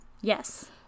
Yes